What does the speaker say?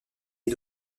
est